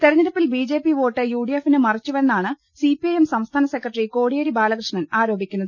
തെരഞ്ഞെടുപ്പിൽ BJP vote യുഡിഎഫിന് മറിച്ചുവെ ന്നാണ് സിപിഐഎം സൃംസ്ഥാന സെക്രട്ടറി കോടിയേരി ബാല കൃഷ്ണൻ ആരോപിക്കുന്നത്